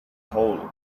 hole